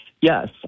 Yes